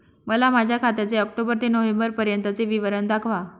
मला माझ्या खात्याचे ऑक्टोबर ते नोव्हेंबर पर्यंतचे विवरण दाखवा